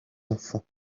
enfants